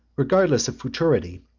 regardless of futurity,